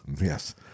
Yes